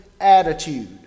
attitude